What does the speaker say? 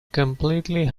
completely